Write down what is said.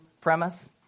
premise